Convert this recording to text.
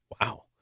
Wow